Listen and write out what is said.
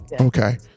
Okay